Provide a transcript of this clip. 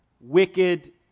wicked